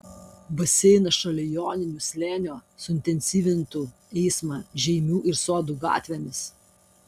baseinas šalia joninių slėnio suintensyvintų eismą žeimių ir sodų gatvėmis